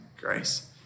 grace